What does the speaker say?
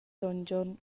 gion